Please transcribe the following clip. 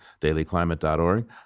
dailyclimate.org